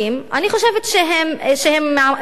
אני חושבת שהם חמורים.